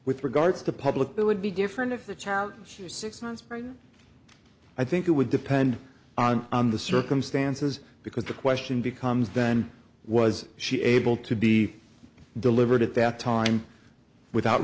with regards to public that would be different if the child she was six months pregnant i think it would depend on the circumstances because the question becomes then was she able to be delivered at that time without